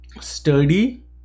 sturdy